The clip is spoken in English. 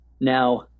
Now